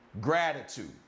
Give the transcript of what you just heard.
Gratitude